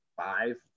five